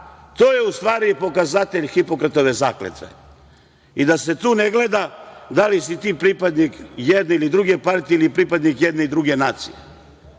To je, u stvari, pokazatelj Hipokratove zakletve i da se tu ne gleda da li si ti pripadnik jedne ili druge partije ili pripadnik jedne i druge nacije.